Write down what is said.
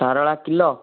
Sarala kilo